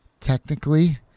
technically